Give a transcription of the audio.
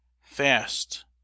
fast